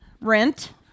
Rent